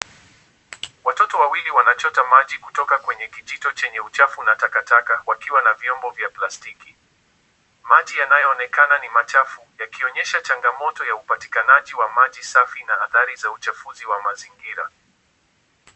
Watoto wawili wanachota maji kutoka kwenye kijito chenye uchafu na takataka wakiwa na vyombo vya plastiki. Maji yanayonekana ni machafu yakionyesha changamoto ya upatikanaji wa maji safi na adhari za uchafuzi wa mazingira.